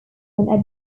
when